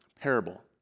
parable